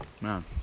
Man